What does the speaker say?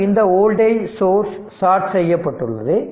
மற்றும் இந்த voltage source short செய்யப்பட்டுள்ளது